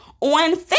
on